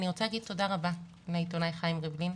אני רוצה להגיד תודה רבה לעיתונאי חיים ריבלין.